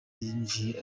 yinjiye